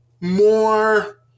more